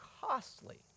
costly